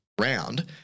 round